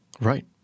Right